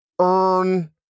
earn